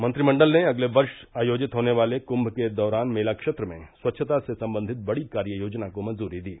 मंत्रिमंडल ने अगले वर्ष आयोजित होने वाले कुंभ के दौरान मेला क्षेत्र में स्वच्छता से संबंधित बड़ी कार्य योजना को मंजूरी दी